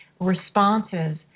responses